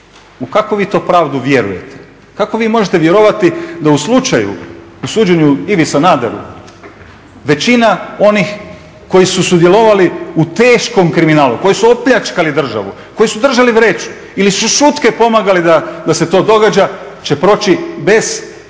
U kakvu vi to pravdu vjerujete? Kako vi možete vjerovati da u slučaju u suđenju Ivi Sanaderu većina onih koji su sudjelovali u teškom kriminalu, koji su opljačkali državu, koji su držali vreću ili su šutke pomagali da se to događa će proći bez optužnice,